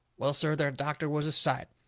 well, sir, that doctor was a sight.